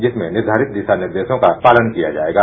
जिसमें निर्धारित दिशा निर्देशों का पालन किया जायेगा